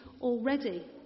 already